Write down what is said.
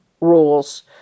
rules